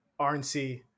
RNC